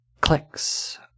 clicks